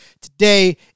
Today